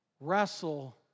wrestle